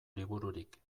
libururik